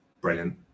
brilliant